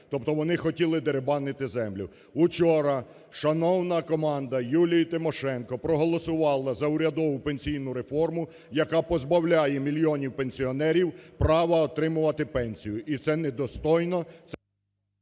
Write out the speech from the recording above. тобто вони хотіли деребанити землю. Вчора шановна команда Юлії Тимошенко проголосувала за урядову пенсійну реформу, яка позбавляє мільйонів пенсіонерів права отримувати пенсію. І це недостойно…